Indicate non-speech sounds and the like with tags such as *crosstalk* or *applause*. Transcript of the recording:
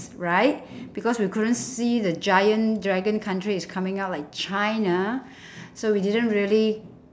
right *breath* because we couldn't see the giant dragon country is coming up like china *breath* so we didn't really